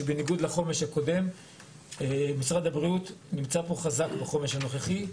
שבניגוד לחומש הקודם משרד הבריאות נמצא חזק בחומש הנוכחי.